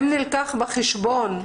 האם נלקח בחשבון,